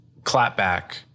clapback